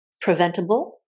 preventable